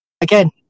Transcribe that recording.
again